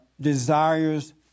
desires